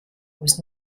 was